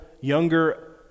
younger